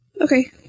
Okay